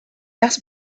asked